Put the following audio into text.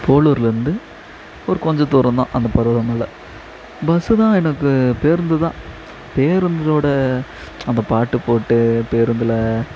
போளூர்லேர்ந்து ஒரு கொஞ்சம் தூரம் தான் அந்த பர்வத மலை பஸ்ஸு தான் எனக்கு பேருந்து தான் பேருந்தோட அந்த பாட்டு போட்டு பேருந்தில்